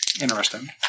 Interesting